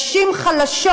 נשים חלשות,